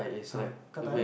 !huh! gah-dai leh